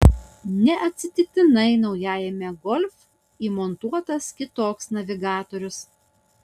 neatsitiktinai naujajame golf įmontuotas kitoks navigatorius